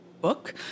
book